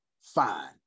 fine